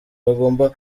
bagomba